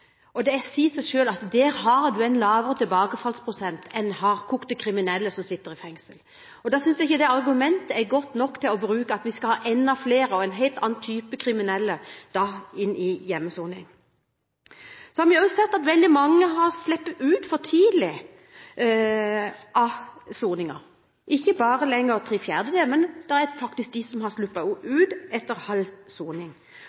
soning. Det sier seg selv at for dem er det en lavere tilbakefallsprosent enn for hardkokte kriminelle som sitter i fengsel. Derfor synes jeg ikke det argumentet er godt nok å bruke, at vi skal ha enda flere og en helt annen type kriminelle inn i hjemmesoning. Så har vi også sett at veldig mange har sluppet ut for tidlig fra soningen, ikke lenger bare etter tre fjerdedelers soning. Det er faktisk noen som har sluppet ut etter halv soning.